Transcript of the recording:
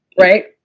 Right